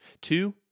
Two